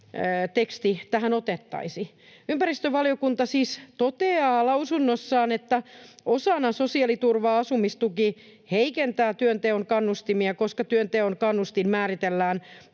teksti tähän otettaisiin: Ympäristövaliokunta siis toteaa lausunnossaan, että ”osana sosiaaliturvaa asumistuki heikentää työnteon kannustimia, koska työnteon kannustin määritellään